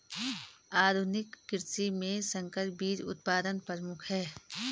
आधुनिक कृषि में संकर बीज उत्पादन प्रमुख है